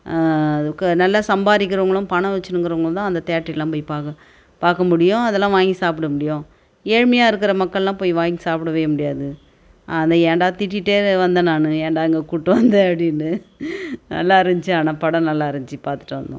அதுக்கு நல்லா சம்பாதிக்கிறவங்களும் பணம் வச்சிருக்கிறவங்களும் தான் அந்த தேட்ரிலாம் போய் பார்க்க பார்க்கமுடியும் அதெல்லாம் வாங்கி சாப்பிடமுடியும் ஏழ்மையாக இருக்கிற மக்கள்லாம் போய் வாங்கி சாப்பிடவே முடியாது அதைஏன்டா திட்டிகிட்டே வந்தேன் நான் ஏன்டா இங்கே கூப்பிட்டு வந்த அப்படின்னு நல்லா இருந்துச்சு ஆனால் படம் நல்லா இருந்துச்சு பார்த்துட்டு வந்தோம்